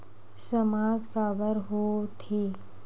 सामाज काबर हो थे?